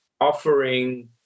offering